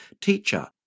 Teacher